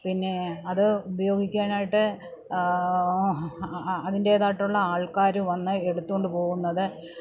പിന്നെ അത് ഉപയോഗിക്കാൻ ആയിട്ട് അതിൻ്റെതായിട്ടുള്ള ആൾക്കാര് വന്ന് എടുത്തുകൊണ്ട് പോകുന്നത്